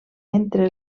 entre